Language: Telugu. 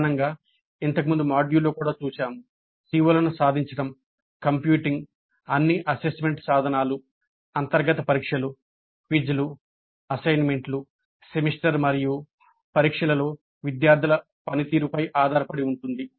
ప్రధానంగా CO లను సాధించడం కంప్యూటింగ్ అన్ని అసెస్మెంట్ సాధనాలు అంతర్గత పరీక్షలు క్విజ్లు అసైన్మెంట్లు సెమిస్టర్ మరియు పరీక్షలలో విద్యార్థుల పనితీరుపై ఆధారపడి ఉంటుంది